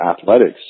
athletics